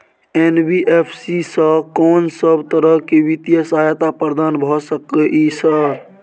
NBFC स कोन सब तरह के वित्तीय सहायता प्रदान भ सके इ? इ